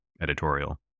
editorial